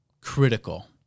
critical